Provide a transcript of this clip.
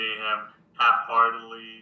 half-heartedly